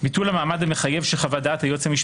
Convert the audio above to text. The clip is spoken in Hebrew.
ביטול המעמד המחייב של חוות-דעת היועץ המשפטי,